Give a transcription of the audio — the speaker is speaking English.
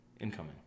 Incoming